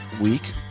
week